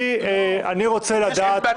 אני רוצה לדעת לאיזו ועדה אתה רוצה שהחוק הזה יעבור.